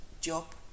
job